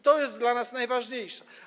To jest dla nas najważniejsze.